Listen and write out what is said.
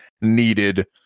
needed